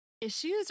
issues